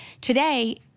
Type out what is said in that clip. Today